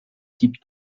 type